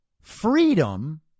freedom